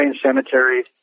Cemetery